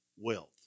wealth